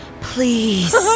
please